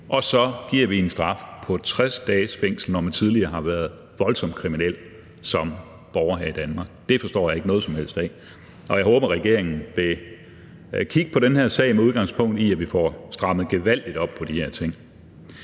Vi giver en straf på 60 dages fængsel, når man tidligere har været voldsomt kriminel som borger her i Danmark. Det forstår jeg ikke noget som helst af, og jeg håber, at regeringen vil kigge på den her sag med udgangspunkt i, at vi får strammet gevaldigt op på de her ting.